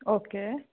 okay